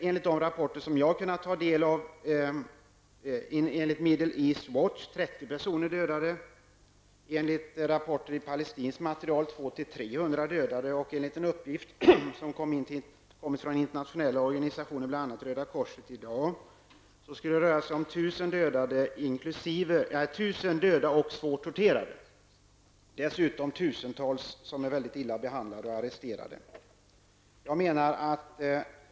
Enligt Middle East Watch har trettio personer dödats. Enligt rapporter i palestinsk material är det 200 à 300 människor som har dödats, och enligt uppgifter från internationella organisationer, bl.a. Röda korset i dag, skulle det röra sig om 1 000 dödade och svårt torterade personer. Dessutom har tusentals blivit väldigt illa behandlade och arresterade.